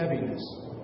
heaviness